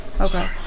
Okay